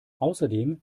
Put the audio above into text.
außerdem